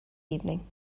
evening